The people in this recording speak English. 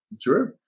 true